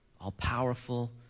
all-powerful